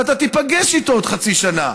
ואתה תיפגש איתו עוד חצי שנה,